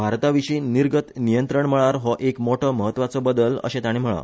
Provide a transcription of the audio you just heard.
भारताविशी निर्गत नियंत्रण मळार हो एक मोठो म्हत्वाचो बदल अशें ताणी म्हणला